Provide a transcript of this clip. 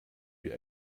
wie